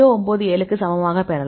097 க்கு சமமாகப் பெறலாம்